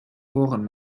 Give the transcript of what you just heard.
ohren